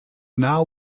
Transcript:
now